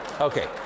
Okay